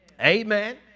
amen